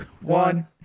one